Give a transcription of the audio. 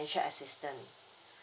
assistance